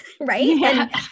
right